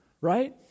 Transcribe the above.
Right